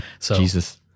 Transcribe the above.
Jesus